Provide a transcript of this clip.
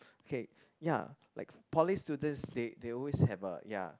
okay ya like poly students they they always have a ya